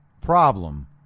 problem